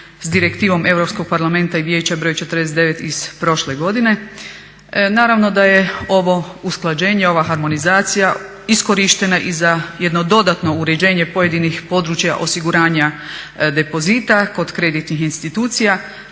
s Direktivom Europskog parlamenta i Vijeća br. 49. iz prošle godine. Naravno da je ovo usklađenje ova harmonizacija iskorištena i za jedno dodatno uređenje pojedinih područja osiguranja depozita kod kreditnih institucija